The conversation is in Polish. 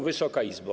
Wysoka Izbo!